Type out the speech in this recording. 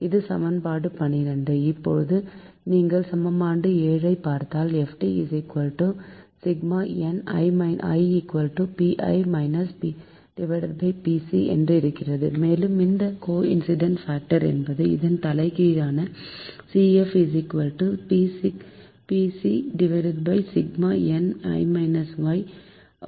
இது சமன்பாடு 12 இப்போது நீங்கள் சமன்பாடு 7 ஐ பார்த்தால் FD i1npipc என்று இருக்கிறது மேலும் இந்த கோஇன்சிடென்ட் பாக்டர் என்பது இதன் தலைகீழான CF pci1npi ஆகும்